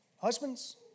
husbands